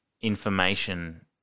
information